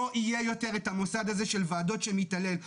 לא יותר את המוסד הזה של ועדות שמתעלל,